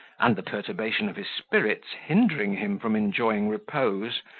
and the perturbation of his spirits hindering him from enjoying repose,